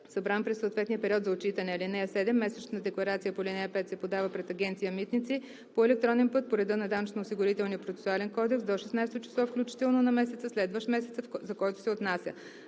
събран през съответния период за отчитане. (7) Месечната декларацията по ал. 5 се подава пред Агенция „Митници“ по електронен път по реда на Данъчно-осигурителния процесуален кодекс до 16-о число включително на месеца, следващ месеца, за който се отнася.